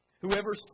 Whoever